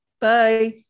bye